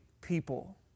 people